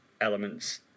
elements